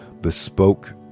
bespoke